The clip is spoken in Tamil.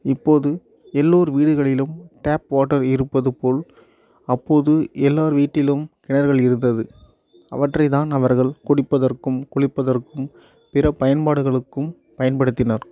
இப்போது எல்லோர் வீடுகளிலும் டேப் வாட்டர் இருப்பது போல் அப்போது எல்லார் வீட்டிலும் கிணறுகள் இருந்தது அவற்றை தான் அவர்கள் குடிப்பதற்கும் குளிப்பதற்கும் பிற பயன்பாடுகளுக்கும் பயன்படுத்தினர்